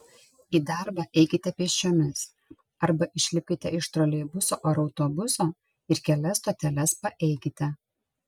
į darbą eikite pėsčiomis arba išlipkite iš troleibuso ar autobuso ir kelias stoteles paeikite